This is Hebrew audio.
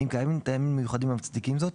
אם קיימים טעמים מיוחדים המצדיקים זאת,